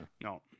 No